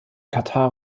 katar